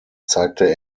zeigte